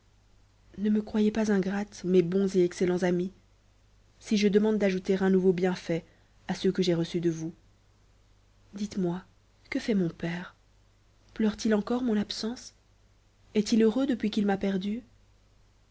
ne me croyez pas ingrate mes bons et excellents amis si je demande d'ajouter un nouveau bienfait à ceux que j'ai reçus de vous dites-moi que fait mon père pleure t il encore mon absence est-il heureux depuis qu'il m'a perdue